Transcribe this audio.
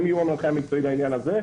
הם יהיו המנחה המקצועי בעניין הזה.